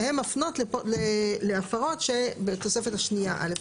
שהן מפנות להפרות שבתוספת השנייה א'.